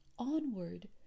onward